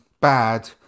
bad